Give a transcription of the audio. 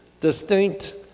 distinct